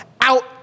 out